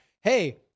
hey